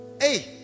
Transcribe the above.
Hey